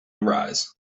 arise